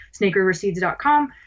SnakeRiverSeeds.com